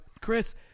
Chris